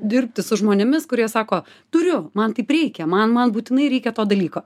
dirbti su žmonėmis kurie sako turiu man taip reikia man man būtinai reikia to dalyko